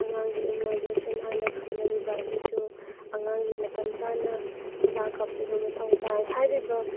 ꯑꯉꯥꯡꯒꯤ ꯏꯝꯃꯨꯟꯅꯥꯏꯖꯦꯁꯟ ꯍꯥꯏꯅ ꯈꯪꯅꯔꯤꯕ ꯑꯁꯤꯁꯨ ꯑꯉꯥꯡꯒꯤ ꯃꯇꯝ ꯆꯥꯅ ꯍꯤꯗꯥꯛ ꯀꯥꯞꯄꯤꯕ ꯃꯊꯧ ꯇꯥꯏ ꯍꯥꯏꯔꯤꯕ